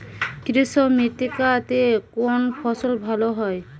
কৃষ্ণ মৃত্তিকা তে কোন ফসল ভালো হয়?